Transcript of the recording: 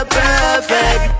perfect